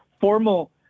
formal